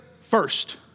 first